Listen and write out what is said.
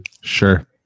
Sure